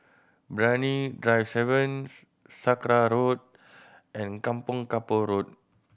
Brani Drive Seven Sakra Road and Kampong Kapor Road